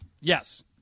Yes